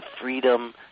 freedom